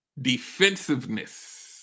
defensiveness